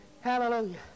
Hallelujah